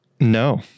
No